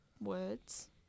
words